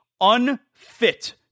unfit